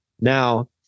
Now